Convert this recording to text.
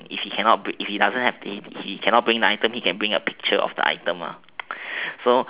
if he cannot bring the item he can bring a picture of the item